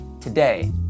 Today